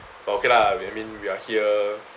but okay lah I mean we are here